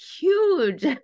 huge